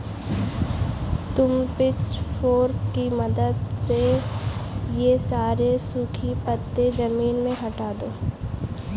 तुम पिचफोर्क की मदद से ये सारे सूखे पत्ते ज़मीन से हटा दो